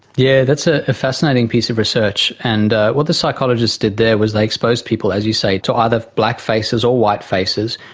yeah that's ah a fascinating piece of research, and what the psychologists did there was they exposed people, as you say, to other black faces or white faces,